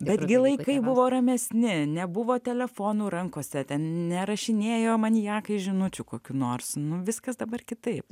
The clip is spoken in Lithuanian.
bet gi laikai buvo ramesni nebuvo telefonų rankose nerašinėjo maniakai žinučių kokių nors nu viskas dabar kitaip